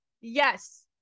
Yes